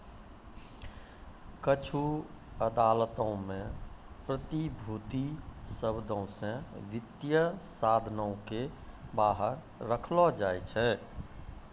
कुछु अदालतो मे प्रतिभूति शब्दो से वित्तीय साधनो के बाहर रखलो जाय छै